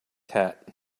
cat